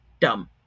dumb